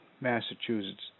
Massachusetts